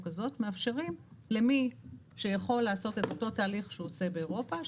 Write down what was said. הזאת מאפשרים למי שיכול לעשות את אותו תהליך שהוא עושה באירופה,